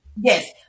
Yes